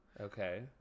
Okay